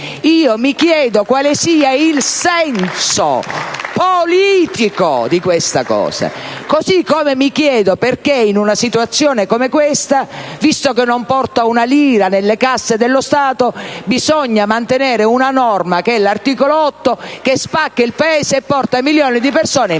Mi chiedo quale sia il senso politico di questa cosa. Così come mi chiedo perché in una situazione come quella attuale, visto che non porta una lira nelle casse dello Stato, bisogna mantenere una norma, l'articolo 8, che spacca il Paese e porta milioni di persone in